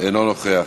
אינו נוכח,